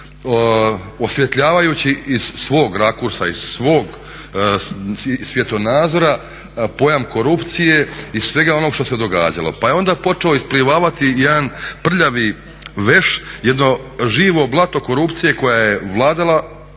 osvjetljavajući iz svog rakursa, iz svog svjetonazora pojam korupcije i svega onog što se događalo. Pa je onda počeo isplivavati jedan prljavi veš, jedno živo blato korupcije koja je vladala